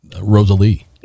Rosalie